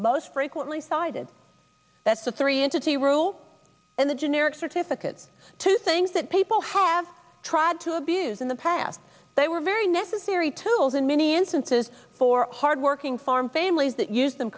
most frequently cited that's the three entity rule and the generic certificate two things that people have tried to abuse in the past they were very necessary tools in many instances for hardworking farm families that use them